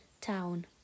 town